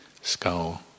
skull